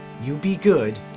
you be good,